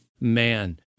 Man